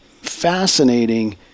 fascinating